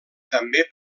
també